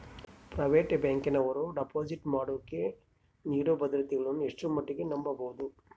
Private ಬ್ಯಾಂಕಿನವರು deposit ಮಾಡೋಕೆ ನೇಡೋ ಭದ್ರತೆಗಳನ್ನು ಎಷ್ಟರ ಮಟ್ಟಿಗೆ ನಂಬಬಹುದು?